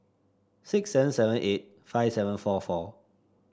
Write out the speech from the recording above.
six seven seven eight five seven four four